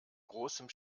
großem